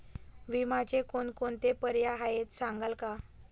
विम्याचे कोणकोणते पर्याय आहेत सांगाल का?